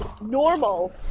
normal